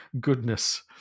goodness